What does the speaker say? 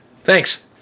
thanks